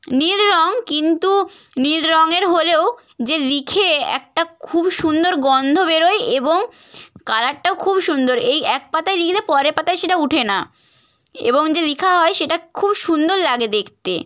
নীল রঙ কিন্তু নীল রঙের হলেও যে লিখে একটা খুব সুন্দর গন্ধ বেরোয় এবং কালারটা খুব সুন্দর এই এক পাতায় লিখলে পরের পাতায় সেটা উঠে না এবং যে লিখা হয় সেটা খুব সুন্দর লাগে দেখতে